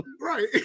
Right